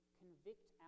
convict